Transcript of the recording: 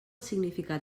significat